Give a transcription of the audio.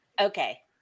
Okay